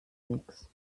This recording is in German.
nichts